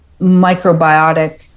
microbiotic